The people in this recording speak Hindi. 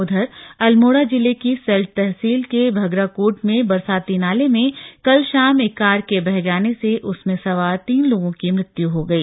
उधर अल्मोड़ा जिले की सल्ट तहसील के भगराकोट में बरसाती नाले में कल शाम एक कार के बह जाने से उसमें सवार तीन लोगों की मृत्यु हो गई